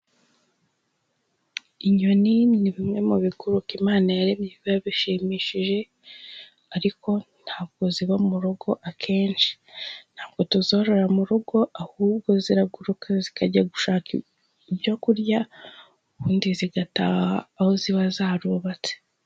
Inyoni ni bimwe mu biguruka Imana yaremye biba bishimishije, ariko ntabwo ziba mu rugo akenshi, ntabwo tuzorora mu rugo ahubwo ziraguruka zikajya gushaka ibyo kurya ubundi zigataha aho ziba zarubatse.